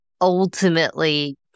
ultimately